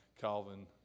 Calvin